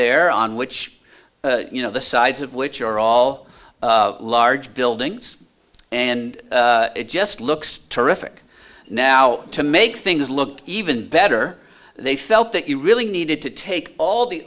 there on which you know the sides of which are all large buildings and it just looks terrific now to make things look even better they felt that you really needed to take all the